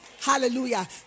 Hallelujah